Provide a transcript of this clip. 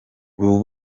ubu